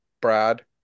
brad